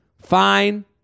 Fine